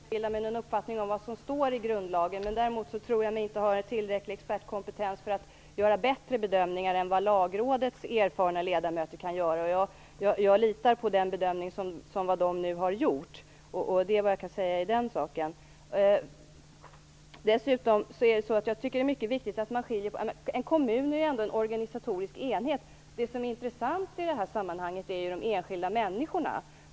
Fru talman! Det är inte så att jag inte kan bilda mig en uppfattning om vad som står i grundlagen. Däremot tror jag mig inte ha tillräcklig expertkompetens för att göra bättre bedömningar än vad Lagrådets erfarna ledamöter kan göra. Jag litar på den bedömning som de nu har gjort, och det är vad jag kan säga i den frågan. En kommun är en organisatorisk enhet. Det som är intressant i detta sammanhang är ju de enskilda människorna.